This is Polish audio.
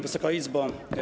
Wysoka Izbo!